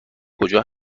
کجا